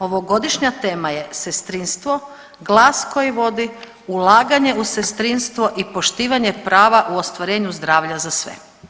Ovogodišnja tema je sestrinstvo, glas koji vodi, ulaganje u sestrinstvo i poštivanje prava u ostvarenju zdravlja za sve.